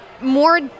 more